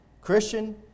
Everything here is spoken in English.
Christian